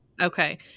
Okay